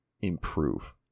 improve